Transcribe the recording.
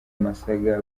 musaga